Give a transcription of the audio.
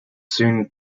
soon